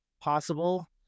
possible